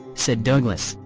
said douglas,